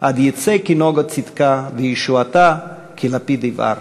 עד יצא כנגה צדקה וישועתה כלפיד יבער".